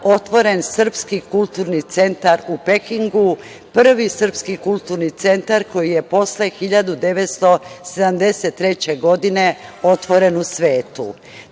otvoren Srpski kulturni centar u Pekingu, prvi Srpski kulturni centar koji je posle 1973. godine otvoren u